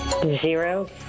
Zero